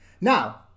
now